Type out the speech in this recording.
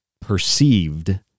perceived